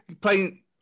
playing